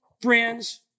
friends